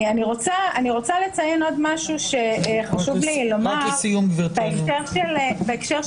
אני רוצה לציין עוד משהו שחשוב לי לומר בהקשר של